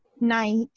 night